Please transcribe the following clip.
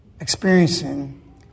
experiencing